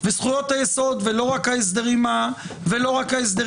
וזכויות היסוד, ולא רק ההסדרים המשטריים.